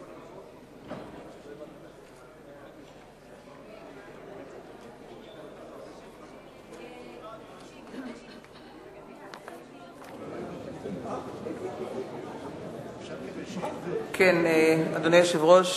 1 3. אדוני היושב-ראש,